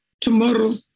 Tomorrow